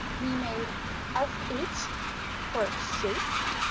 we made s h for shapes.